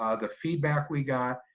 ah the feedback we got,